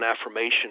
affirmation